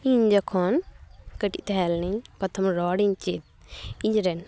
ᱤᱧ ᱡᱚᱠᱷᱚᱱ ᱠᱟᱹᱴᱤᱡ ᱛᱟᱦᱮᱸ ᱞᱮᱱᱟᱹᱧ ᱯᱚᱨᱛᱷᱚᱱ ᱨᱚᱲᱤᱧ ᱪᱮᱫ ᱤᱧᱨᱮᱱ